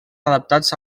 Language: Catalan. adaptats